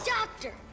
doctor